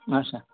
اَچھا